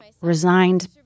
resigned